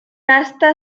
asta